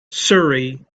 surrey